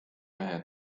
mehe